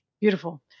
Beautiful